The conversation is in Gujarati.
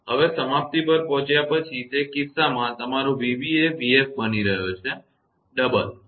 હવે સમાપ્તિ પર પહોંચ્યા પછી તે કિસ્સામાં તમારો 𝑣𝑏 એ 𝑣𝑓 બની રહયો છે ડબલ્સ